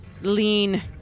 lean